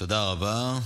תודה רבה.